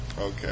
Okay